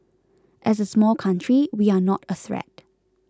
as a small country we are not a threat